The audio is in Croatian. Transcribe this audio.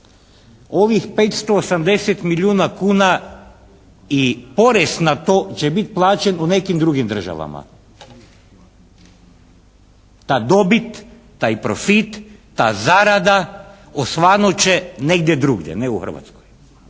Ovih 580 milijuna kuna i porez na to će biti plaćen u nekim drugim državama. Ta dobit, taj profit, ta zarada osvanut će negdje drugdje. Ne u Hrvatskoj.